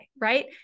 right